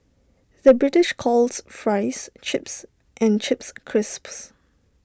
the British calls Fries Chips and Chips Crisps